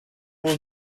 will